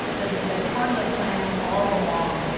this has been part of the planning all along.